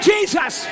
Jesus